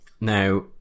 Now